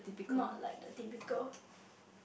not like the typical